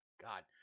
god